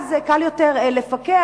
אז קל יותר לפקח,